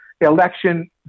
election